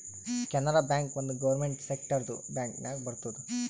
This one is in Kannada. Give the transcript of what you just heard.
ಕೆನರಾ ಬ್ಯಾಂಕ್ ಒಂದ್ ಗೌರ್ಮೆಂಟ್ ಸೆಕ್ಟರ್ದು ಬ್ಯಾಂಕ್ ನಾಗ್ ಬರ್ತುದ್